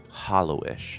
hollowish